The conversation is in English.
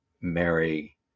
marry